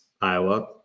Iowa